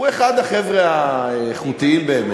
הוא אחד החבר'ה האיכותיים באמת.